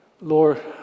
Lord